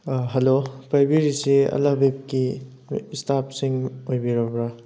ꯑ ꯍꯂꯣ ꯄꯥꯏꯕꯤꯔꯤꯁꯤ ꯑꯂꯕꯤꯞꯀꯤ ꯑꯩꯈꯣꯏ ꯏꯁꯇꯥꯞꯁꯤꯡ ꯑꯣꯏꯕꯤꯔꯕ꯭ꯔꯥ